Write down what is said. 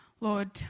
Lord